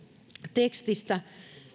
tekstistä